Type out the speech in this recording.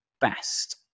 best